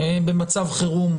במצב חירום,